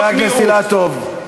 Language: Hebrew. חבר הכנסת אילטוב.